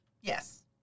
Yes